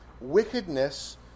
wickedness